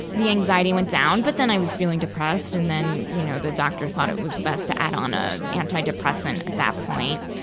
the anxiety went down, but then i was feeling depressed. and then, you know, the doctor thought it was best to add on a anti-depressant at that point.